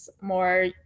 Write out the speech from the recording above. more